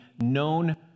known